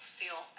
feel